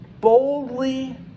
boldly